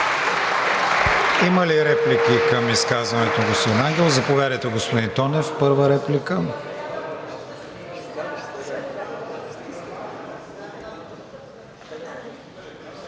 Има ли реплики към изказването на господин Ангелов? Заповядайте, господин Тонев – първа реплика.